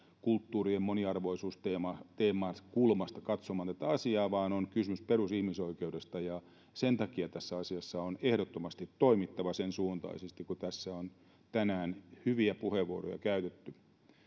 kulttuurien moniarvoisuusteeman kulmasta katsomaan tätä asiaa vaan on kysymys perusihmisoikeudesta ja sen takia tässä asiassa on ehdottomasti toimittava sen suuntaisesti kuin tässä on tänään hyviä puheenvuoroja käytetty